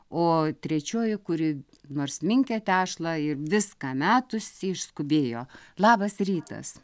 o trečioji kuri nors minkė tešlą ir viską metusi išskubėjo labas rytas